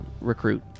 recruit